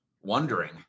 wondering